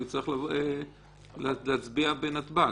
הוא יצטרך להצביע בנתב"ג.